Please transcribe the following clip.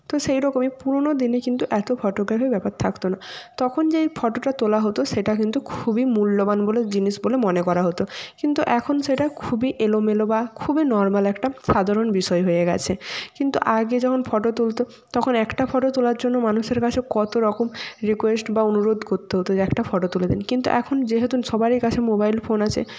তো সেই রকমই পুরোনো দিনে কিন্তু এত ফটোগ্রাফি ব্যাপার থাকতো না তখন যেই ফটোটা তোলা হতো সেটা কিন্তু খুবই মূল্যবান বলে জিনিস বলে মনে করা হতো কিন্তু এখন সেটা খুবই এলোমেলো বা খুবই নর্মাল একটা সাধারণ বিষয় হয়ে গেছে কিন্তু আগে যখন ফটো তুলতো তখন একটা ফটো তোলার জন্য মানুষের কাছে কতরকম রিকোয়েস্ট বা অনুরোধ করতে হতো যে একটা ফটো তুলে দিন কিন্তু এখন যেহেতু সবারই কাছে মোবাইল ফোন আছে